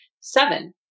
seven